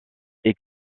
est